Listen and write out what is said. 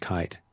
Kite